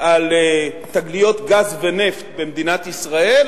על תגליות גז ונפט במדינת ישראל